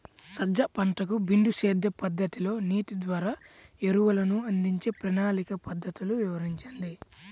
సజ్జ పంటకు బిందు సేద్య పద్ధతిలో నీటి ద్వారా ఎరువులను అందించే ప్రణాళిక పద్ధతులు వివరించండి?